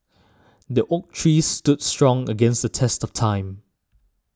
the oak tree stood strong against the test of time